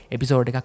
Episode